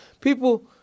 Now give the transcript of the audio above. people